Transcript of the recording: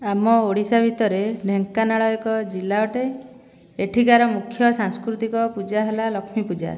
ଆମ ଓଡ଼ିଶା ଭିତରେ ଢେଙ୍କାନାଳ ଏକ ଜିଲ୍ଲା ଅଟେ ଏଠିକାର ମୁଖ୍ୟ ସାଂସ୍କୃତିକ ପୂଜା ହେଲା ଲକ୍ଷ୍ମୀପୂଜା